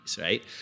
right